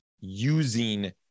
using